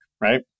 Right